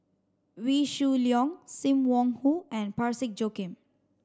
Wee Shoo Leong Sim Wong Hoo and Parsick Joaquim